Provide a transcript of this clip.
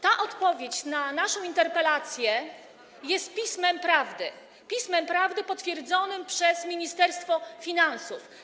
Ta odpowiedź na naszą interpelację jest pismem prawdy, pismem prawdy potwierdzonym przez Ministerstwo Finansów.